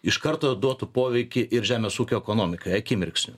iš karto duotų poveikį ir žemės ūkio ekonomikai akimirksniu